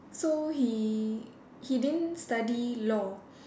so he he didn't study law